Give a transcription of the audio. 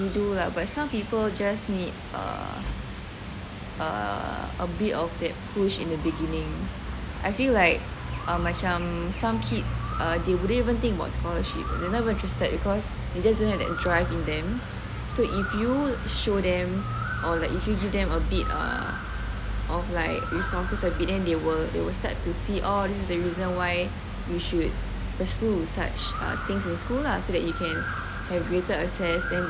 you do lah but some people just need err err a bit of that push in the beginning I feel like uh macam some some kids they wouldn't even think about scholarship they are not interested because they don't even have the drive in them so if you show them or like if you give them a bit uh of like resources a bit then they will start to see orh this is the reason why we should pursue such things in school lah so that you can have greater access then